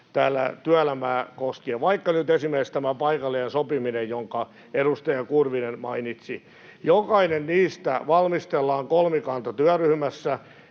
tehdään työelämää koskien — vaikka nyt esimerkiksi tämä paikallinen sopiminen, jonka edustaja Kurvinen mainitsi — valmistellaan kolmikantatyöryhmässä,